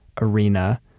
arena